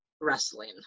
wrestling